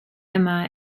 yma